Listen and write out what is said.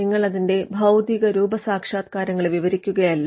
നിങ്ങൾ അതിന്റെ ഭൌതികരൂപസാക്ഷാത്കാരങ്ങളെ വിവരിക്കുകയില്ല